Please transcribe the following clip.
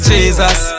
Jesus